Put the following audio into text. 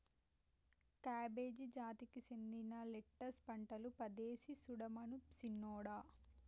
cabbage జాతికి సెందిన lettuce పంటలు పదేసి సుడమను సిన్నోడా